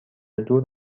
دور